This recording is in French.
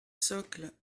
socles